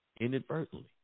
inadvertently